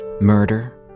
Murder